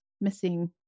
missing